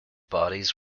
bodies